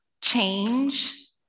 change